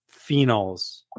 phenols